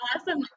awesome